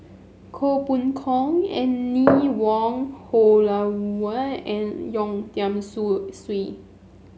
Koh Poh Koon Anne Wong Holloway and Yeo Tiam sue Siew